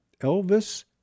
Elvis